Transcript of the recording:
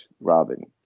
Robin